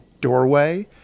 doorway